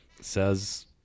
says